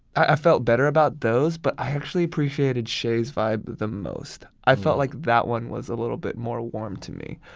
i felt better about those, but i actually appreciated shay's vibe the most. i felt like that one was a little bit more warm to me.